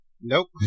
Nope